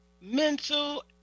mental